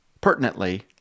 Pertinently